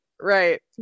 Right